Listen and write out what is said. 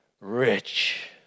rich